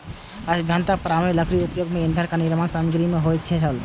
सभ्यताक प्रारंभे सं लकड़ीक उपयोग ईंधन आ निर्माण समाग्रीक रूप मे होइत रहल छै